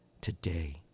today